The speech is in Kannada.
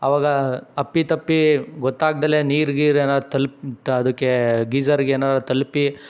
ಅವಾಗ ಅಪ್ಪಿತಪ್ಪಿ ಗೊತ್ತಾಗ್ದೆ ನೀರು ಗೀರು ಏನಾರು ತಲ್ಪಿ ಅದಕ್ಕೆ ಗೀಝರ್ಗೆ ಏನಾದ್ರು ತಲುಪಿ